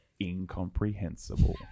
incomprehensible